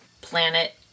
planet